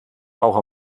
auch